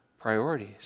Priorities